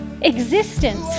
existence